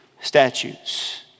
statutes